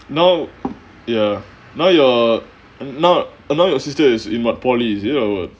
now ya now you're not a now your sister is in my polytechnic is it or what